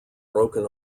broken